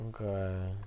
Okay